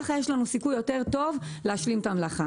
כך יש לנו סיכוי טוב יותר להשלים את המלאכה.